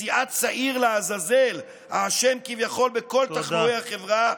מציאת שעיר לעזאזל האשם כביכול בכל תחלואי החברה,